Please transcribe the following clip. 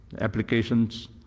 applications